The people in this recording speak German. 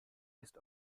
ist